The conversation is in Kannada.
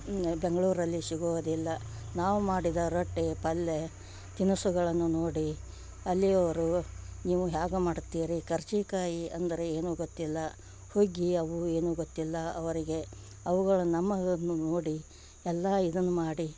ನಾವು ಬೆಂಗಳೂರಲ್ಲಿ ಸಿಗೋದಿಲ್ಲ ನಾವು ಮಾಡಿದ ರೊಟ್ಟಿ ಪಲ್ಯ ತಿನಿಸುಗಳನ್ನು ನೋಡಿ ಅಲ್ಲಿಯವರು ನೀವು ಹ್ಯಾಗೆ ಮಾಡುತ್ತೀರಿ ಕರಜಿಕಾಯಿ ಅಂದರೆ ಏನು ಗೊತ್ತಿಲ್ಲ ಹುಗ್ಗಿ ಅವು ಏನೂ ಗೊತ್ತಿಲ್ಲ ಅವರಿಗೆ ಅವುಗಳು ನಮ್ಮ ನೋಡಿ ಎಲ್ಲ ಇದನ್ನು ಮಾಡಿ